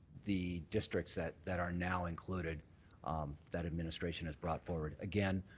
the districts that that are now included that administration has brought forward. again,